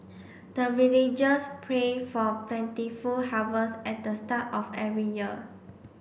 the villagers pray for plentiful harvest at the start of every year